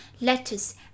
letters